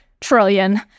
trillion